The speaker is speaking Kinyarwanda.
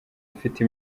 mfite